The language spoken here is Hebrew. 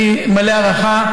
אני מלא הערכה,